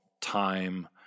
time